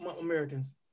Americans